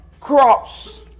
cross